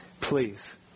Please